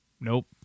nope